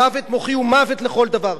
מוות מוחי הוא מוות לכל דבר.